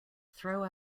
throw